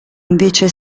invece